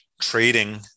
trading